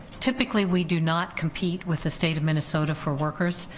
typically we do not compete with the state of minnesota for workers.